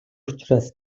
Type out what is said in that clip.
учраас